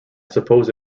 suppose